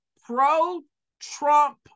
pro-Trump